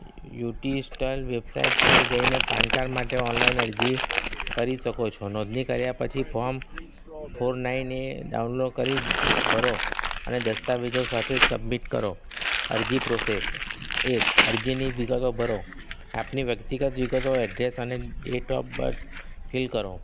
UTIITSL website પર જઈને PAN card માટે ઓનલાઈન અરજી કરી શકો છો નોંધણી કર્યા પછી form four nine A download કરી ભરો અને દસ્તાવેજો સાથે સબમિટ કરો અરજી પ્રોસેસ એક અરજીની વિગતો ભરો આપની વ્યક્તિગત વિગતો એડ્રેસ અને ડેટ ઓફ બર્થ ફિલ કરો